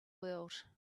world